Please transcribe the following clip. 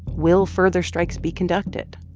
will further strikes be conducted?